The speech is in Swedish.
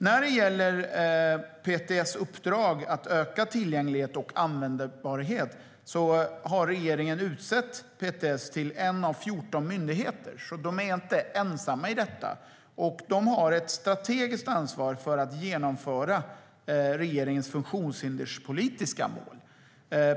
När det gäller uppdraget att öka tillgänglighet och användbarhet har regeringen utsett PTS till en av 14 myndigheter, så de är inte ensamma i detta. De har ett strategiskt ansvar för att genomföra regeringens funktionshinderspolitiska mål.